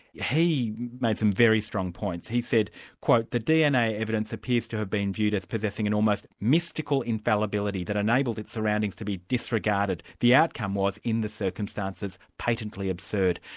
he made some very strong points. he said the dna evidence appears to have been viewed as possessing an almost mystical infallibility, that enabled its surroundings to be disregarded. the outcome was, in the circumstances, patently absurd.